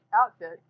Outfit